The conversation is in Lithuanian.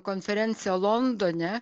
konferencija londone